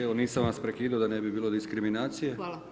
Evo, nisam vas prekidao da ne bi bilo diskriminacije.